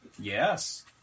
Yes